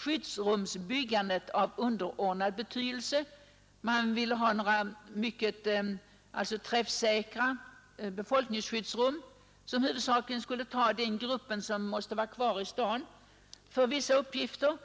Skyddsrumsbyggandet blev av underordnad betydelse — och då skulle det bli träffsäkra befolkningsskyddsrum, som huvudsakligen skulle användas av dem som måste finnas kvar i staden för vissa arbetsuppgifter.